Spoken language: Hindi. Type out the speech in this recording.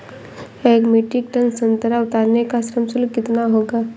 एक मीट्रिक टन संतरा उतारने का श्रम शुल्क कितना होगा?